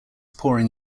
pouring